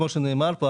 כמו שנאמר פה,